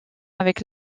avec